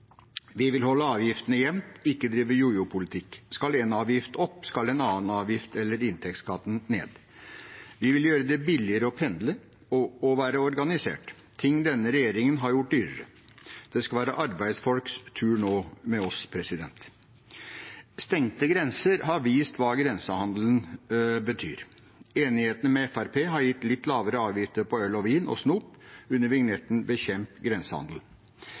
Vi vil holde avgiftsnivået jevnt, ikke drive jojo-politikk. Skal én avgift opp, skal en annen avgift eller inntektsskatten ned. Vi vil gjøre det billigere å pendle og å være organisert, ting denne regjeringen har gjort dyrere. Det skal være arbeidsfolks tur med oss. Stengte grenser har vist hva grensehandelen betyr. Enigheten med Fremskrittspartiet har gitt litt lavere avgifter på øl, vin og snop under vignetten «bekjemp grensehandel».